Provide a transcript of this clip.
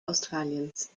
australiens